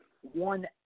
one